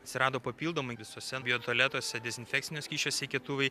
atsirado papildomai visuose biotualetuose dezinfekcinio skysčio seikėtuvai